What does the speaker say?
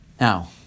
Now